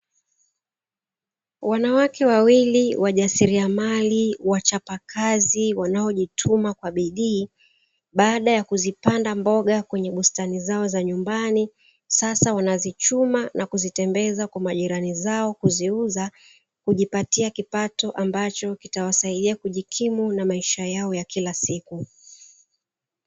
Wanawake wawili wajasiliamali, wachapakazi, wanaojituma kwa bidii baada ya kuzipanda mboga kwenye bustani zao za nyumbani, sasa wanazichuma na kuzitembeza kwa majirani zao kuziuza, kujipatia kipato ambacho kitawasaidia kujikimu na maisha yao ya kila siku.